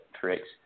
tricks